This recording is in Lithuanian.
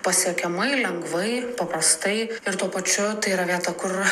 pasiekiamai lengvai paprastai ir tuo pačiu tai yra vieta kur